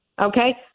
okay